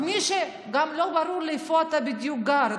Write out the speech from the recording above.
כפי שגם לא ברור לי איפה אתה בדיוק גר,